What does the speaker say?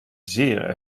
zeer